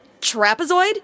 Trapezoid